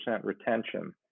retention